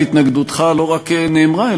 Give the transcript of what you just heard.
התנגדותך לא רק נאמרה,